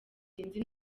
sinzi